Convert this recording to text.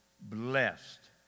blessed